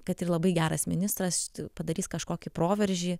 kad ir labai geras ministras padarys kažkokį proveržį